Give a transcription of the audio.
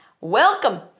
Welcome